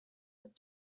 but